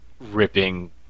ripping